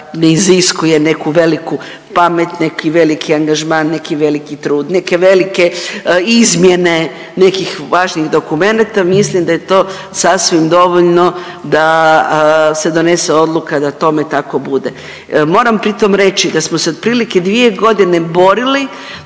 ne iziskuje neku veliku pamet, neki veliki angažman, neki veliki trud, neke velike izmjene nekih važnih dokumenata. Mislim da je to sasvim dovoljno da se donese odluka da tome tako bude. Moram pritom reći da smo se otprilike 2 godine borili